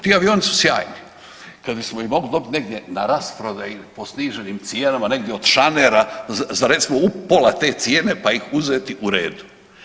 Ti avioni su sjajni kad bismo ih mogli dobiti negdje na rasprodaji po sniženim cijenama, negdje od šanera za recimo upola te cijene pa iz uzeti, u redu.